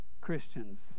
Christians